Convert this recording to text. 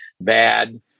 bad